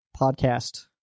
podcast